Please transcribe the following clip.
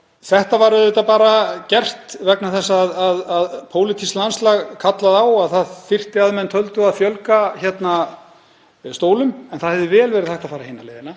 Þetta var auðvitað bara gert vegna þess að pólitískt landslag kallaði á að það þyrfti, að því er menn töldu, að fjölga stólum. En það hefði vel verið hægt að fara hina leiðina,